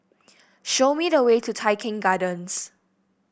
show me the way to Tai Keng Gardens